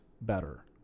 better